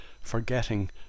forgetting